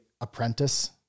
apprentice